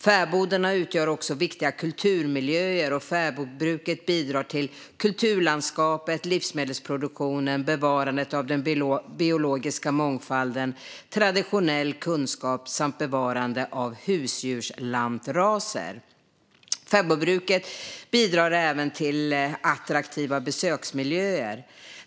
Fäbodarna utgör också viktiga kulturmiljöer, och fäbodbruket bidrar till kulturlandskapet, livsmedelsproduktionen, bevarandet av den biologiska mångfalden och traditionell kunskap samt bevarande av husdjurslantraser. Fäbodbruket bidrar även till attraktiva besöksmiljöer.